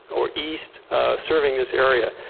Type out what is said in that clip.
or east serving this area.